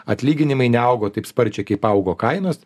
atlyginimai neaugo taip sparčiai kaip augo kainos